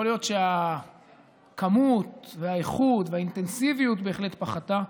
יכול להיות שהכמות והאיכות והאינטנסיביות בהחלט פחתו,